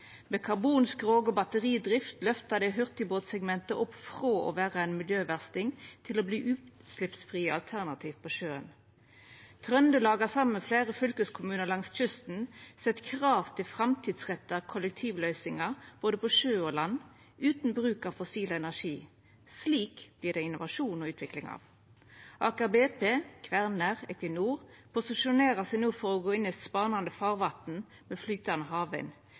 Med karbonskrog og batteridrift løftar dei hurtigbåtsegmentet opp frå å vera ein miljøversting til å verta utsleppsfrie alternativ på sjøen. Trøndelag har saman med fleire fylkeskommunar langs kysten stilt krav til framtidsretta kollektivløysingar på både sjø og land utan bruk av fossil energi. Slikt vert det innovasjon og utvikling av. Aker BP, Kværner og Equinor posisjonerer seg no for å gå inn i spanande farvatn med flytande havvind,